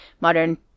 modern